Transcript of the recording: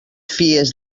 fies